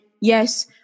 yes